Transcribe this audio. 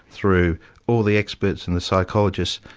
through all the experts and the psychologists,